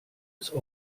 ist